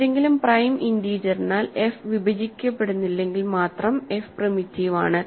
ഏതെങ്കിലും പ്രൈം ഇൻറിജറിനാൽ എഫ് വിഭജിക്കപ്പെടുന്നില്ലെങ്കിൽ മാത്രം f പ്രിമിറ്റീവ് ആണ്